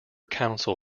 council